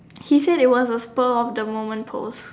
he said it was a spur of the moment post